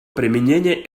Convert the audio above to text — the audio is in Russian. применения